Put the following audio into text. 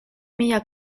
mia